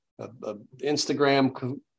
Instagram